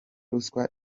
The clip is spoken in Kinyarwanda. ruswa